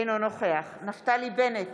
אינו נוכח נפתלי בנט,